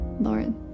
Lauren